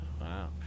Wow